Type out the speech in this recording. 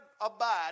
abide